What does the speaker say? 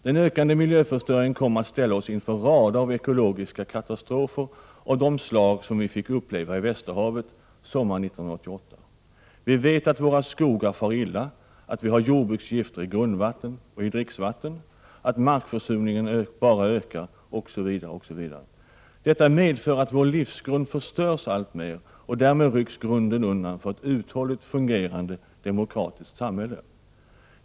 Den ökande miljöförstöringen kommer att ställa oss inför rader av ekologiska katastrofer av de slag som vi fick uppleva i Västerhavet sommaren 1988. Vi vet att våra skogar far illa, att vi har jordbruksgifter i grundvatten och i dricksvatten, att markförsurningen bara ökar, osv., osv. Detta medför att vår livsgrund förstörs alltmer, och därmed rycks grunden undan för ett uthålligt fungerande demokratiskt samhälle.